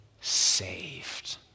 saved